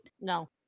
No